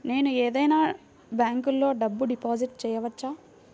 నేను ఏదైనా బ్యాంక్లో డబ్బు డిపాజిట్ చేయవచ్చా?